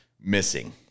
missing